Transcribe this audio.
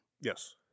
Yes